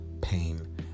pain